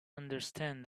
understand